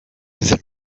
there